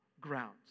grounds